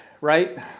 right